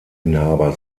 inhaber